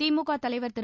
திமுக தலைவர் திரு